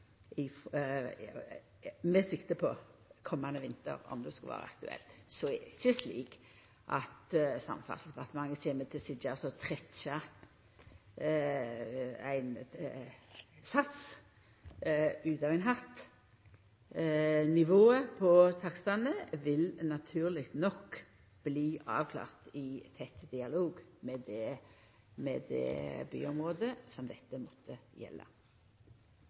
med sikte på komande vinter om det skulle vera aktuelt, så kjem ikkje Samferdselsdepartementet til å sitja og trekkja ein sats ut av ein hatt. Nivået på takstane vil naturleg nok bli avklart i tett dialog med det byområdet som dette måtte gjelda.